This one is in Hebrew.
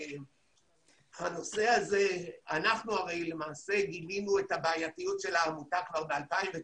אנחנו למעשה גילינו את הבעייתיות של העמותה כבר ב-2019